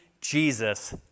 Jesus